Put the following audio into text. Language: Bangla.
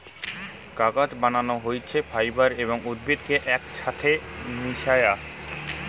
কাগজ বানানো হইছে ফাইবার এবং উদ্ভিদ কে একছাথে মিশায়া